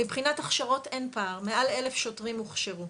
מבחינת הכשרות, אין פער, מעל 1000 שוטרים הוכשרו.